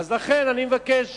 ולכן אני מבקש